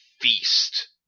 feast